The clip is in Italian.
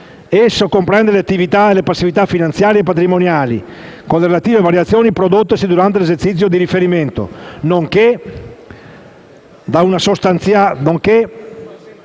Esso comprende le attività e le passività finanziarie e patrimoniali, con le relative variazioni prodottesi durante l'esercizio di riferimento, nonché la dimostrazione